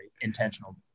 intentional